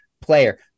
player